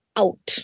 out